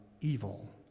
evil